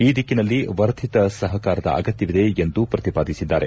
ಈ ದಿಕ್ಕಿನಲ್ಲಿ ವರ್ಧಿತ ಸಹಕಾರದ ಅಗತ್ಯವಿದೆ ಎಂದು ಪ್ರತಿಪಾದಿಸಿದ್ದಾರೆ